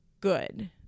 good